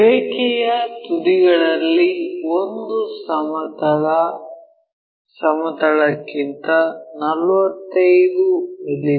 ರೇಖೆಯ ತುದಿಗಳಲ್ಲಿ ಒಂದು ಸಮತಲ ಸಮತಲಕ್ಕಿಂತ 45 ಮಿ